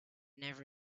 never